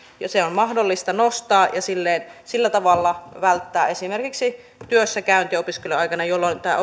se on mahdollista nostaa ja sillä tavalla välttää esimerkiksi työssäkäynti opiskelujen aikana jolloin tämä